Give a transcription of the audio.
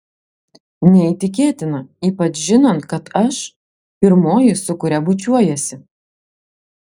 neįtikėtina ypač žinant kad aš pirmoji su kuria bučiuojiesi